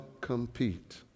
compete